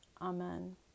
Amen